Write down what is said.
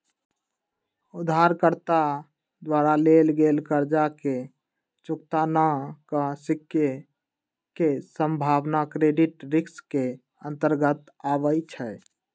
उधारकर्ता द्वारा लेल गेल कर्जा के चुक्ता न क सक्के के संभावना क्रेडिट रिस्क के अंतर्गत आबइ छै